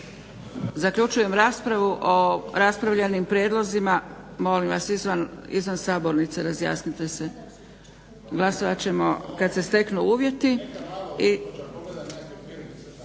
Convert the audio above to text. Zaključujem raspravu o raspravljanim prijedlozima.